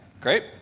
Great